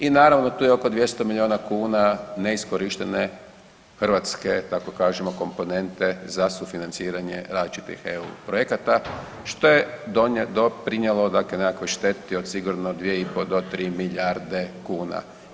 I naravno tu je oko 200 milijuna kuna neiskorištene hrvatske, da tako kažemo, komponente za sufinanciranje različitih EU projekata, što je doprinijelo, dakle nekakvoj šteti od 2,5 do 3 milijarde kuna.